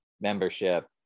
membership